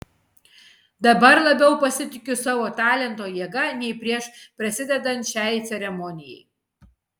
dabar labiau pasitikiu savo talento jėga nei prieš prasidedant šiai ceremonijai